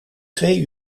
twee